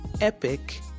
epic